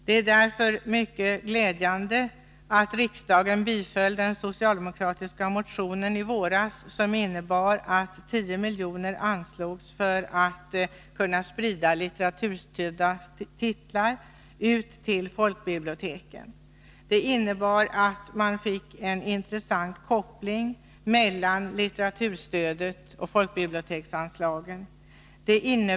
Det är därför mycket glädjande att riksdagen biföll den socialdemokratiska motionen i våras som innebar att 10 milj.kr. anslogs för att sprida litteraturstödda titlar ut till folkbiblioteken. Det innebar att man fick en intressant koppling mellan litteraturstödet och folkbiblioteksanslagen.